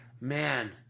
man